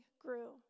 grew